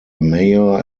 mayor